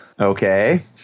Okay